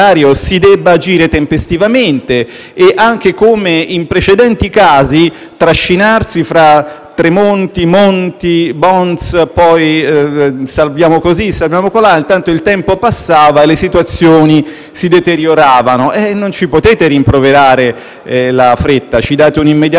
si debba agire tempestivamente e anche come, in precedenti casi, nel trascinarsi fra Tremonti, Monti, *bonds*, tra il "salviamo così" e il "salviamo colà", intanto il tempo passava e le situazioni si deterioravano. Voi non ci potete rimproverare la fretta. Anzi, ci date un immediato